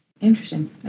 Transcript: Interesting